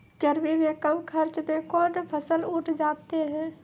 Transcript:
गर्मी मे कम खर्च मे कौन फसल उठ जाते हैं?